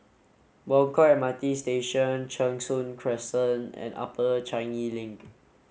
Buangkok M R T Station Cheng Soon Crescent and Upper Changi Link